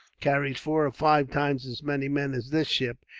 carries four or five times as many men as this ship.